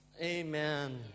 Amen